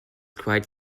quite